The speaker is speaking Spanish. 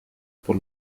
por